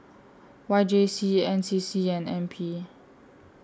Y J C N C C and N P